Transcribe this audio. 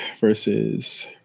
versus